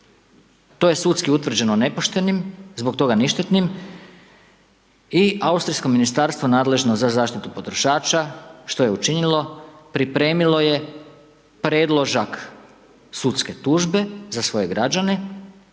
to je sudski utvrđeno nepoštenim i zbog toga ništetni i austrijsko ministarstvo nadležno za zaštitu potrošača, što je učinilo? Pripremilo je predložak sudske tužbe za svoje građane